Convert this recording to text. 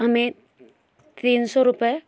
हमें तीन सौ रुपये